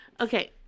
Okay